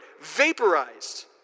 vaporized